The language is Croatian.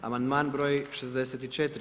Amandman broj 64.